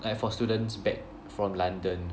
like for students back from London